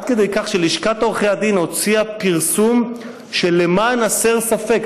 עד כדי כך שלשכת עורכי הדין הוציאה פרסום שלמען הסר ספק,